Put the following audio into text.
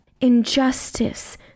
Injustice